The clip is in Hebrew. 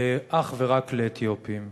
אך ורק לאתיופים.